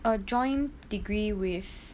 a joint degree with